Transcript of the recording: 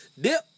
Dip